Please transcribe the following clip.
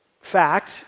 fact